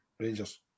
Rangers